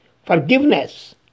Forgiveness